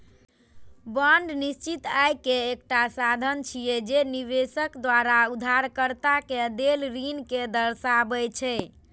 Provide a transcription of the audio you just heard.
bond निश्चित आय के एकटा साधन छियै, जे निवेशक द्वारा उधारकर्ता कें देल ऋण कें दर्शाबै छै